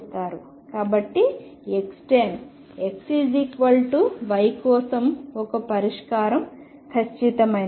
కాబట్టి Xtan X Y కోసం ఒక పరిష్కారం ఖచ్చితమైనది